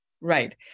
Right